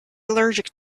allergic